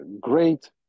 great